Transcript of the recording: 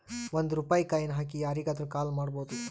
ಒಂದ್ ರೂಪಾಯಿ ಕಾಯಿನ್ ಹಾಕಿ ಯಾರಿಗಾದ್ರೂ ಕಾಲ್ ಮಾಡ್ಬೋದು